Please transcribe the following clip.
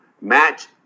match